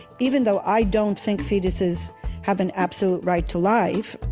even though i don't think fetuses have an absolute right to life,